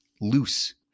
loose